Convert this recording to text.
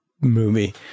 movie